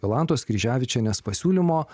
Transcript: jolantos kryževičienės pasiūlymo